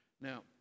Now